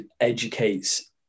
educates